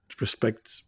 respect